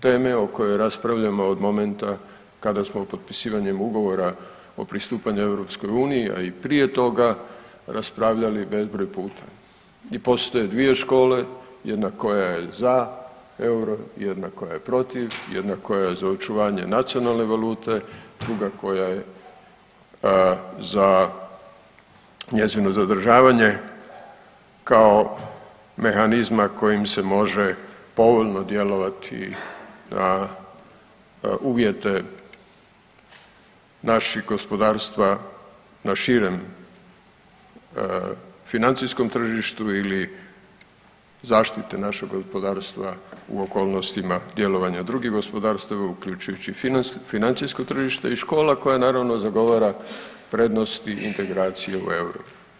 Teme o kojoj raspravljamo od momenta kada smo potpisivanjem ugovora o pristupanju EU, a i prije toga raspravljali bezbroj puta i postoje dvije škole, jedna koja je za euro, jedna koja je protiv, jedna koja je za očuvanje nacionalne valute, druga koja je za njezino zadržavanje kao mehanizma kojim se može povoljno djelovati na uvjete naših gospodarstva na širem financijskom tržištu ili zaštite našeg gospodarstva u okolnostima djelovanja drugih gospodarstava uključujući i financijsko tržište i škola koja naravno, zagovara prednosti integracije u euru.